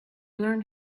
learned